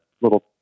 little